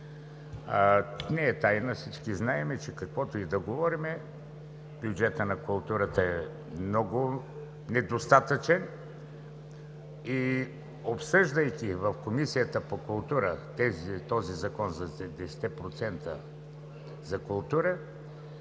Не е тайна, всички знаем, че каквото и да говорим, бюджетът на културата е много недостатъчен. Обсъждайки в Комисията по култура този закон за 10-те